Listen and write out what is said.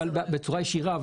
אבל בצורה ישירה.